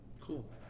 Cool